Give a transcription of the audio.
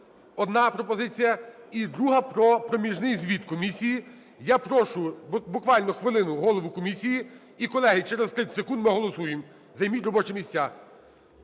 Одна пропозиція. І друга – про проміжний звіт комісії. Я прошу буквально хвилину голову комісії. І, колеги, через 30 секунд ми голосуємо. Займіть робочі місця.